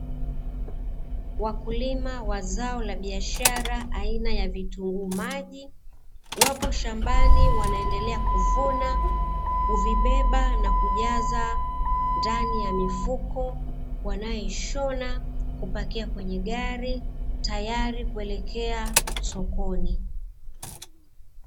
Wakulima wa zao la biashara aina ya vitunguu maji; wapo shambani wanaendekea kuvuna, kuvibeba na kuvijaza ndani ya mifuko wanayoishona; kupakia kwenye gari tayari kuelekea sokoni.